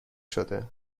شده